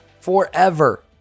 forever